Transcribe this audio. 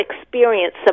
experience